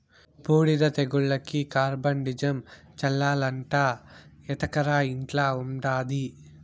బూడిద తెగులుకి కార్బండిజమ్ చల్లాలట ఎత్తకరా ఇంట్ల ఉండాది